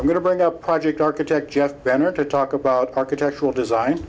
i'm going to bring up project architect jeff banner to talk about architectural design